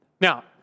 Now